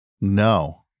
No